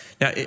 Now